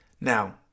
Now